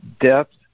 depth